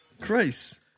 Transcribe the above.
Christ